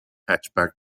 hatchback